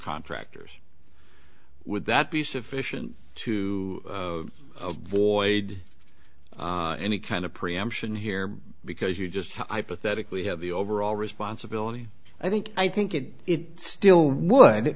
contractors would that be sufficient to avoid any kind of preemption here because you just how i pathetically have the overall responsibility i think i think it still would